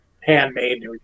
handmade